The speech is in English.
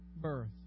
birth